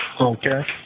okay